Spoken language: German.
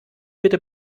bitte